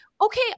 okay